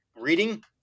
reading